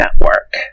network